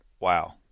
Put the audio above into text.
wow